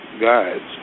guides